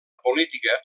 política